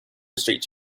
streets